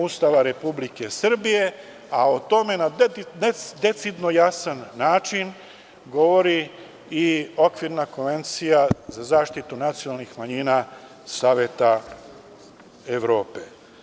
Ustava Republike Srbije, a o tome na decidno jasan način govori i okvirna Konvencija za zaštitu nacionalnih manjina Saveta Evrope.